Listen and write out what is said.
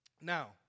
Now